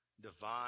Divine